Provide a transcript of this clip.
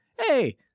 hey